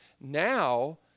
Now